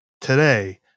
today